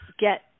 get